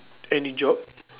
any job